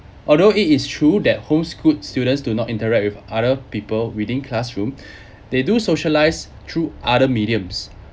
although it is true that home school students do not interact with other people within classroom they do socialize through other mediums